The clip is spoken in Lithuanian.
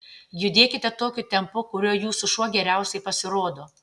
judėkite tokiu tempu kuriuo jūsų šuo geriausiai pasirodo